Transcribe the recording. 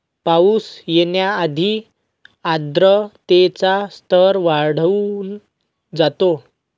पाऊस येण्याआधी आर्द्रतेचा स्तर वाढून जातो